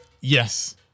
Yes